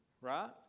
Right